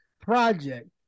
project